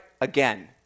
again